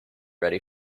ready